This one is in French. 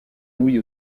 louis